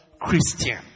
Christian